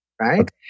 right